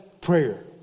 prayer